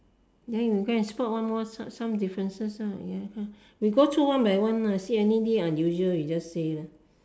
then you go and spot one more some differences lah ya we go through one by one lah see anything unusual you just say lah